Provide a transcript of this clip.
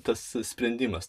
tas sprendimas